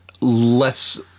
less